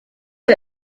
der